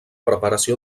preparació